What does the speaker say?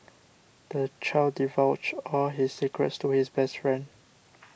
the child divulged all his secrets to his best friend